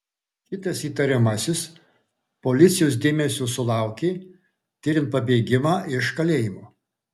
kitas įtariamasis policijos dėmesio sulaukė tiriant pabėgimą iš kalėjimo